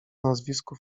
nazwisku